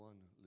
One